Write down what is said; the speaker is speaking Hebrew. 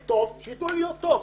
אנחנו טובים, תנו לנו להיות טובים.